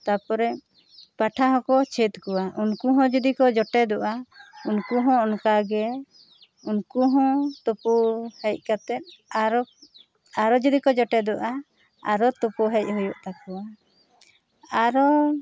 ᱛᱟᱨᱯᱚᱨᱮ ᱯᱟᱴᱷᱟ ᱦᱚᱸᱠᱚ ᱪᱷᱮᱫ ᱠᱚᱣᱟ ᱩᱱᱠᱩ ᱦᱚᱸ ᱡᱩᱫᱤ ᱡᱚᱴᱮᱫᱚᱜᱼᱟ ᱩᱱᱠᱩ ᱦᱚᱸ ᱚᱱᱠᱟ ᱜᱮ ᱩᱱᱠᱩ ᱦᱚᱸ ᱛᱳᱯᱳ ᱦᱮᱡ ᱠᱟᱛᱮᱫ ᱟᱨᱚ ᱡᱩᱫᱤ ᱠᱚ ᱡᱚᱴᱮᱫᱚᱜᱼᱟ ᱟᱨᱚ ᱛᱳᱯᱳ ᱦᱮᱡ ᱦᱳᱭᱳᱜ ᱛᱟᱠᱚᱣᱟ ᱟᱨᱚ